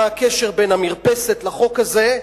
מה הקשר בין המרפסת לחוק הזה,